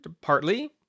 partly